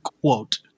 quote